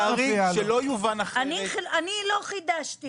אני לא חידשתי.